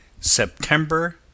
September